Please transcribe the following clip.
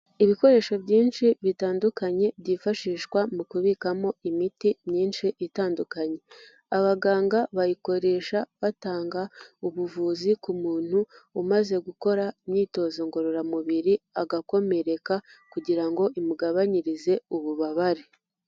Ibikoresho byinshi bitandukanye byifashishwa mu kubikamo imiti myinshi itandukanye, abaganga bayikoresha batanga ubuvuzi ku muntu umaze gukora imyitozo ngororamubiri agakomereka kugira ngo imugabanyirize ububabare.